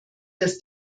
das